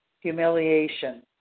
Humiliation